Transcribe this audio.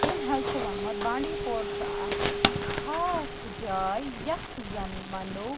تٔمۍ حظ چھُ ووٚنمُت بانٛڈی پور چھُ اَکھ خاص جاے یَتھ زَن وَنو